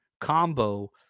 combo